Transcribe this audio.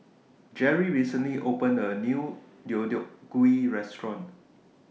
Jerrie recently opened A New Deodeok Gui Restaurant